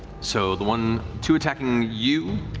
so the one, two attacking you.